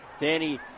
Danny